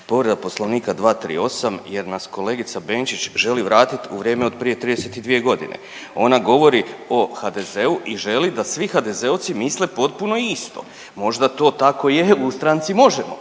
povreda Poslovnika 238 jer nas kolegica Benčić želi vratiti u vrijeme od prije 32 godine. Ona govori o HDZ-u i želi da svi HDZ-ovci misle potpuno isto. Možda to tako je u stranci Možemo!,